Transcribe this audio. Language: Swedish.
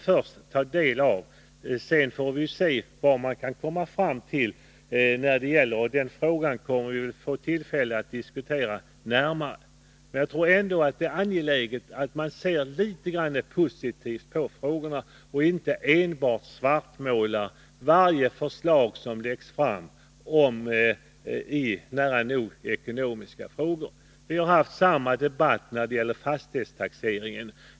Först skall vi ta del av alla yttranden, och sedan kommer vi att få tillfälle att diskutera frågan närmare. Men jag tror ändå att det är angeläget att se litet grand positivt på frågorna och inte enbart svartmåla nära nog varje förslag som läggs fram i ekonomiska frågor. Vi hade samma debatt när det gällde fastighetstaxeringen.